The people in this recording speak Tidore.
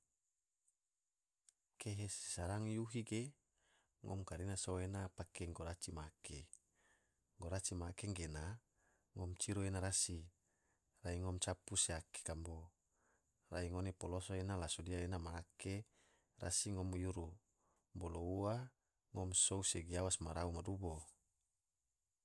Kehe se sarang yuhi ge ngom karena sou ena pake goraci ma ake, goraci ma ake gena ngom ciru ena rasi rai ngom capu se ake kambo, rai ngone poloso ena la sodia ena ma ake rasi ngom yuru, bolo ngom sou se giawas marau ma dubo.